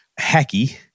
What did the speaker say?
hacky